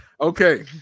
Okay